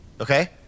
okay